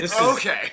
Okay